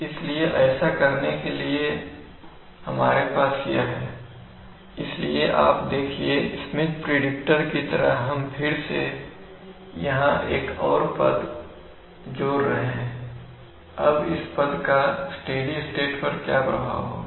इसलिए ऐसा करने के लिए हमारे पास यह है इसलिए आप देखिए स्मिथ प्रिडिक्टर की तरह हम फिर से यहां एक और पद जोड़ रहे हैं अब इस पद का स्टेडी स्टेट में क्या प्रभाव होगा